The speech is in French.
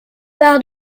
par